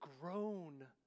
grown